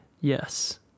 Yes